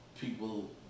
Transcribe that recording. people